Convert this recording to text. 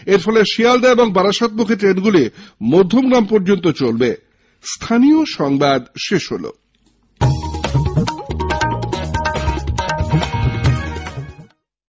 এরফলে শিয়ালদা ও বারাসাতমুখী ট্রেনগুলি মধ্যমগ্রাম পর্যন্ত চলাচল করবে